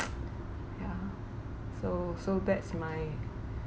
yeah so so that's my